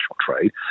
trade